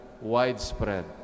widespread